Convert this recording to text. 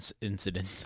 incident